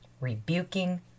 rebuking